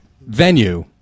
venue